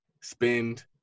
spend